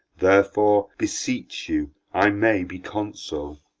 therefore, beseech you, i may be consul.